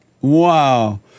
wow